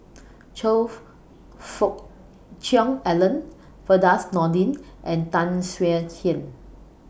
Choe Fu Fook Cheong Alan Firdaus Nordin and Tan Swie Hian